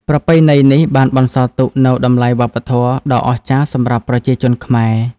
ប្រពៃណីនេះបានបន្សល់ទុកនូវតម្លៃវប្បធម៌ដ៏អស្ចារ្យសម្រាប់ប្រជាជនខ្មែរ។